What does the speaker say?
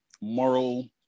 moral